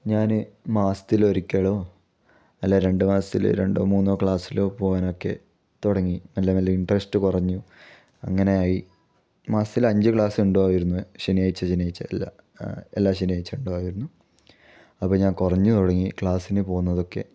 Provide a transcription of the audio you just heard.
ഞാൻ മാസത്തിൽ ഒരിക്കലോ അല്ലെങ്കിൽ രണ്ട് മാസത്തിൽ രണ്ടോ മൂന്നോ ക്ലാസിലോ പോകാനൊക്കെ തുടങ്ങി മെല്ലെ മെല്ലെ ഇൻട്രസ്റ്റ് കുറഞ്ഞു അങ്ങനെയായി മാസത്തിൽ അഞ്ച് ക്ലാസ് ഉണ്ടാവുമായിരുന്നു ശനിയാഴ്ച ശനിയാഴ്ച എല്ലാ എല്ലാ ശനിയാഴ്ച ഉണ്ടാവുമായിരുന്നു അപ്പോൾ ഞാൻ കുറഞ്ഞു തുടങ്ങി ക്ലാസ്സിന് പോകുന്നതൊക്കെ